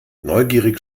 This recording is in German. neugierig